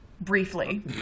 Briefly